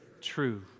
true